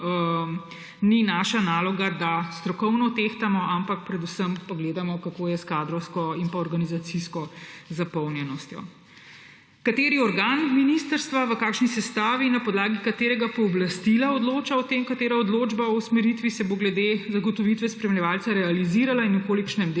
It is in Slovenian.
ni naša naloga, da strokovno tehtamo, ampak predvsem pogledamo, kako je s kadrovsko in organizacijsko zapolnjenostjo. Kateri organ ministrstva, v kakšni sestavi, na podlagi katerega pooblastila odloča o tem, katera odločba o usmeritvi se bo glede zagotovitve spremljevalca realizirala in v kolikšnem deležu,